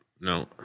No